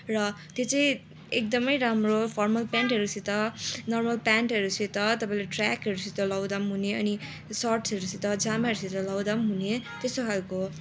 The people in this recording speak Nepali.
र त्यो चाहिँ एकदमै राम्रो फर्मल प्यान्टहरूसित नर्मल प्यान्टहरूसित तपाईँले ट्रयाकहरूसित लाउँदा पनि हुने अनि सर्टस्हरूसित जामाहरूसित लाउँदा पनि हुने त्यस्तो खाले